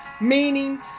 meaning